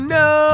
no